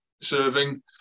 serving